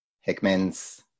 hickman's